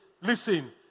listen